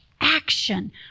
action